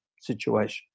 situation